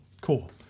cool